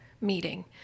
Meeting